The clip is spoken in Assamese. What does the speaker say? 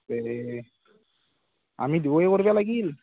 তে আমি দুয়োয়ে কৰিব লাগিল